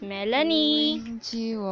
Melanie